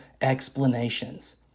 explanations